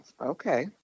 okay